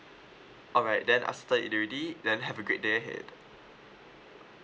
alright then I settled it already then have a great day ahead